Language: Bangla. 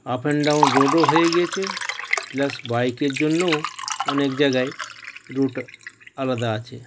আপ অ্যান্ড ডাউন রোডও হয়ে গেছে প্লাস বাইকের জন্যও অনেক জায়গায় রুট আলাদা আছে